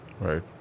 Right